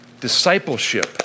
Discipleship